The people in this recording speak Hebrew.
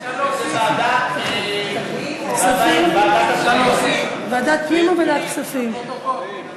לוועדת הפנים והגנת הסביבה נתקבלה.